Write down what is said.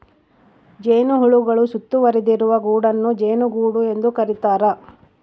ಜೇನುಹುಳುಗಳು ಸುತ್ತುವರಿದಿರುವ ಗೂಡನ್ನು ಜೇನುಗೂಡು ಎಂದು ಕರೀತಾರ